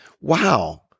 Wow